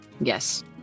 Yes